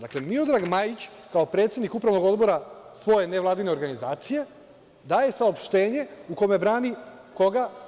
Dakle, Miodrag Majić kao predsednik Upravnog odbora svoje nevladine organizacije daje saopštenje u kome brani koga?